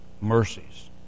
mercies